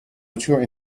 mature